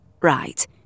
Right